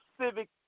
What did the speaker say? Civic